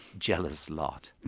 jealous lot.